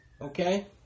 okay